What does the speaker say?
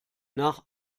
nach